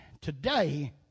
Today